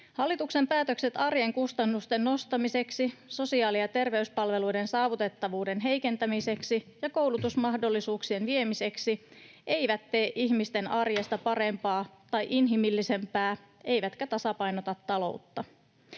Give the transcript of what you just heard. Hallituksen päätökset arjen kustannusten nostamiseksi, sosiaali- ja terveyspalveluiden saavutettavuuden heikentämiseksi ja koulutusmahdollisuuksien viemiseksi eivät tee ihmisten arjesta parempaa tai inhimillisempää eivätkä tasapainota taloutta.